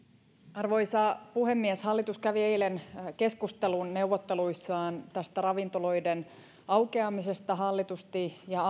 arvoisa puhemies hallitus kävi eilen neuvotteluissaan keskustelun tästä ravintoloiden aukeamisesta hallitusti ja